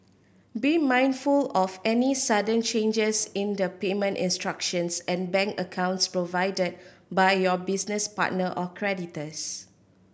be mindful of any sudden changes in the payment instructions and bank accounts provided by your business partner or creditors